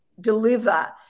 deliver